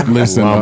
Listen